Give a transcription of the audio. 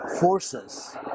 forces